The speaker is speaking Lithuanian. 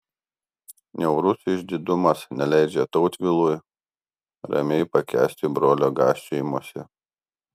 niaurus išdidumas neleidžia tautvilui ramiai pakęsti brolio gąsčiojimosi